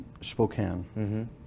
Spokane